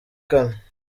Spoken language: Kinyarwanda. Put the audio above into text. kane